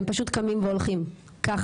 הם פשוט קמים והולכים ככה.